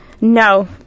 No